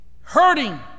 hurting